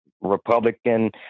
Republican